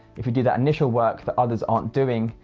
if you do that initial work that others aren't doing,